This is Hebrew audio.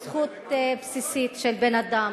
הוא זכות בסיסית של בן-אדם.